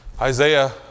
Isaiah